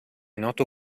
noto